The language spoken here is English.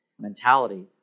mentality